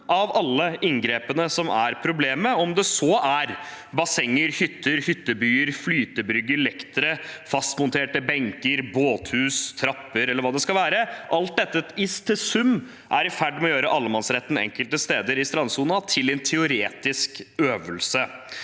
av alle inngrepene som er problemet – om det så er bassenger, hytter, hyttebyer, flytebrygger, lektere, fastmonterte benker, båthus, trapper eller hva det skal være. Alt dette i sum er i ferd med å gjøre allemannsretten enkelte steder i strandsonen til en teoretisk øvelse